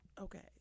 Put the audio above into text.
okay